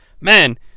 man